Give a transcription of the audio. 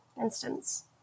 instance